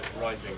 rising